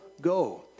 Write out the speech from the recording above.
go